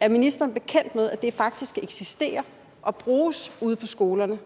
Er ministeren bekendt med, at det faktisk eksisterer og bruges ude på skolerne?